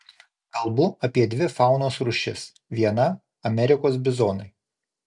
kalbu apie dvi faunos rūšis viena amerikos bizonai